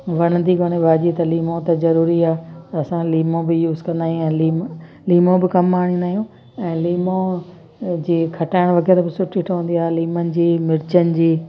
वणंदी कोने भाॼी त लीमो त ज़रूरी आहे असां लीमो बि यूज़ कंदा आहियूं लीमो बि कमु आणींदा आहियूं ऐं लीमो जे खटाइणु वग़ैरह बि सुठी ठहंदी आहे लीमनि जी मिर्चनि जी